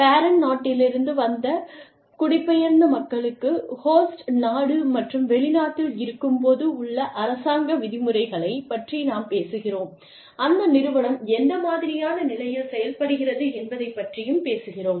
parent நாட்டிலிருந்து வந்த குடிபெயர்ந்த மக்களுக்கு ஹோஸ்ட் நாடு மற்றும் வெளிநாட்டில் இருக்கும் போது உள்ள அரசாங்க விதிமுறைகளைப் பற்றி நாம் பேசுகிறோம் அந்த நிறுவனம் எந்த மாதிரியான நிலையில் செயல்படுகிறது என்பதை பற்றியும் பேசுகிறோம்